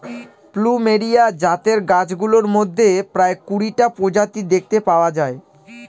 plumeria জাতের গাছগুলোর মধ্যে প্রায় কুড়িটা প্রজাতি দেখতে পাওয়া যায়